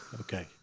Okay